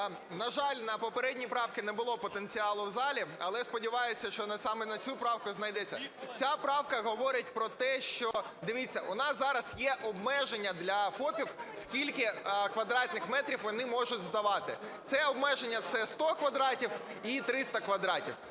На жаль, на попередній правці не було потенціалу в залі. Але сподіваюсь, що саме на цю правку знайдеться. Ця правка говорить про те, що… Дивіться, у нас зараз є обмеження для ФОПів, скільки квадратних метрів вони можуть здавати. Це обмеження – це 100 квадратів і 300 квадратів.